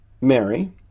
Mary